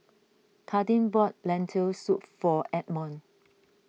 Kadin bought Lentil Soup for Edmon